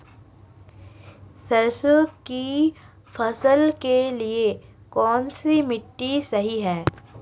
सरसों की फसल के लिए कौनसी मिट्टी सही हैं?